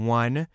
one